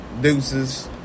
Deuces